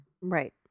Right